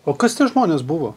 o kas tie žmonės buvo